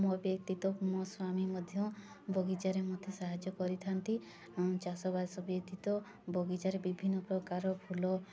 ମୋ ବ୍ୟତୀତ ମୋ ସ୍ୱାମୀ ମଧ୍ୟ ବଗିଚାରେ ମତେ ସାହାଯ୍ୟ କରିଥା'ନ୍ତି ଆଉ ଚାଷ ବାସ ବ୍ୟତୀତ ବଗିଚାରେ ବିଭିନ୍ନ ପ୍ରକାର ଫୁଲ